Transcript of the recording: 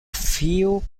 few